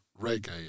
reggae